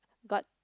got